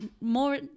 more